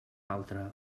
altre